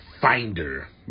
finder